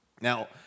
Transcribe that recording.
Now